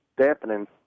dampening